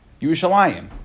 Yerushalayim